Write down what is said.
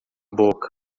boca